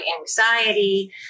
anxiety